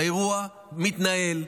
האירוע מתנהל,